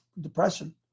depression